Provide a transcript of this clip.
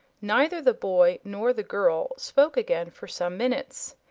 neither the boy nor the girl spoke again for some minutes.